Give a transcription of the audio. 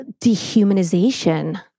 dehumanization